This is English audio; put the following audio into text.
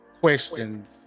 questions